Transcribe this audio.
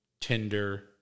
Tinder